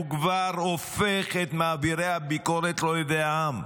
הוא כבר הופך את מעבירי הביקורת לאויבי העם.